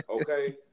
okay